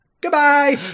goodbye